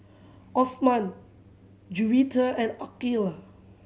Osman Juwita and Aqilah